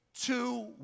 Two